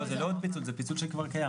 לא, זה לא עוד פיצול, זה פיצול שכבר קיים.